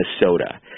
Minnesota